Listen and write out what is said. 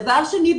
דבר שני,